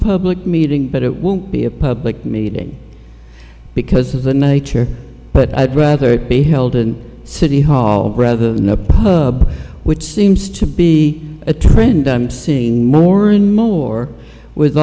public meeting but it won't be a public meeting because of the nature but i'd rather it be held in city hall rather than a pub which seems to be a trend i'm seeing more and more with